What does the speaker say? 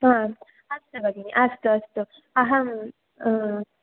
हा अस्तु भगिनि अस्तु अस्तु अहम्